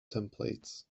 templates